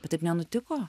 bet taip nenutiko